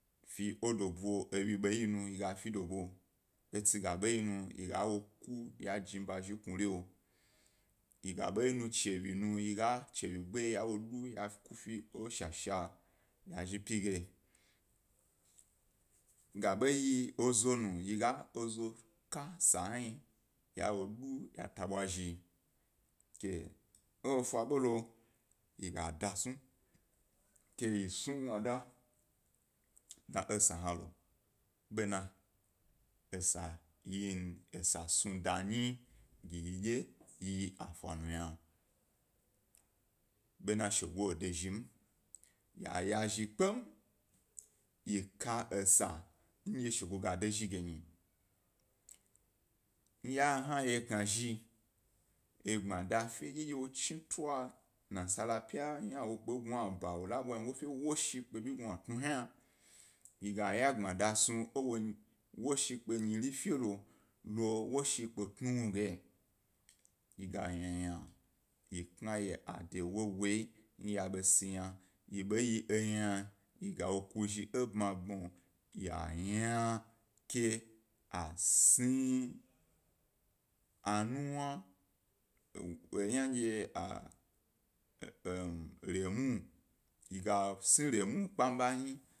Fi edo bu, ewyi ḃe ye nu he ga fi edobu, etsi ga ḃe yi nu yi yi ga wok u yaw o jni ba, wna kna zhi knuri, yi ka ḃa nu chiwyi nu, he ga gbma yaw o du yak u fi eshasha ya zhi pyi ge, ga o ye ezonu ka sa hna, yaw o du ya ta bwa zhi, ke efa ḃolo yi ga da snu ke snu gbmada dna esa he lo be na esa yi snuda nyi yi dye yi yi afanu yna, bena shego dezhi yay a zhi kpa, ye ka esa nye shago ga dezhi ge yna, ndye yna hna yeknashi gbmda efa ndye wo chi tu, nasara pya ynawo kpe bi gbma ba wo la bwa wyego wosh kpe bi gnatunu hna yi ga ye gbmada snu, woshi kpe wo nyiri felo, lo woshi kpe tnawuwin ge. Ga ynayna yi kna yi ade wowo ndye ya ḃe si yna, yi ḃo yi eyna yi ga wo kasha epmi pmi lo yi yna ke a sni yna ndye a em remo, a sni remo kpamba nyi.